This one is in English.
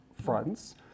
fronts